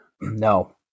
No